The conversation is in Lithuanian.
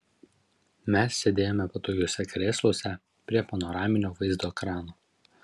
mes sėdėjome patogiuose krėsluose prie panoraminio vaizdo ekrano